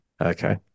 okay